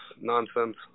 nonsense